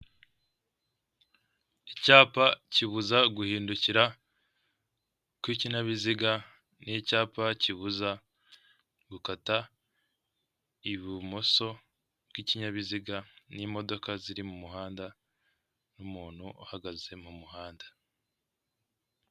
Icyapa kibuza guhindukira kw'ikinyabiziga ni icyapa kibuza gukata ibumoso bw'ikinyabiziga n'imodoka ziri mu muhanda n'umuntu uhagaze mu muhanda.